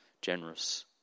generous